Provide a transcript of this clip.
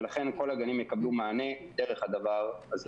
ולכן, כל הגנים יקבלו מענה דרך הדבר הזה.